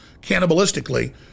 cannibalistically